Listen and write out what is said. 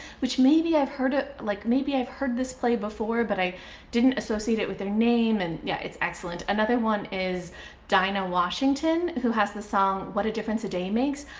which maybe i've heard it. like, maybe i've heard this play before, but i didn't associate it with their name. and yeah, it's excellent. another one is dinah washington, who has the song what a difference a day makes.